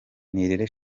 nirere